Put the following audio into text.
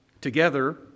together